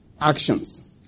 Actions